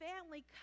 family